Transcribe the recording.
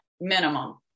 Minimum